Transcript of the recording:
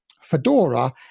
Fedora